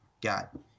got